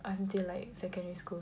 until like secondary school